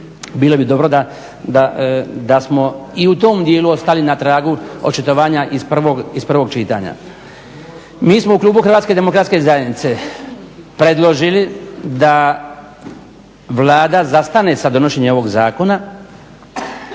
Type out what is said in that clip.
bilo bi dobro da smo i u tom dijelu ostali na tragu očitovanja iz prvog čitanja. Mi smo u klubu HDZ-a predložili da Vlada zastane sa donošenjem ovog zakona,